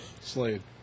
Slade